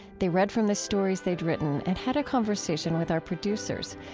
they read from the stories they'd written and had a conversation with our producers.